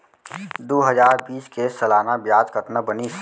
दू हजार बीस के सालाना ब्याज कतना बनिस?